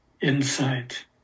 insight